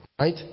Right